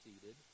seated